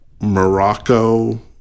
Morocco